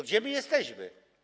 Gdzie my jesteśmy?